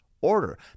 order